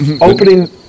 opening